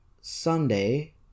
Sunday